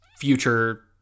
future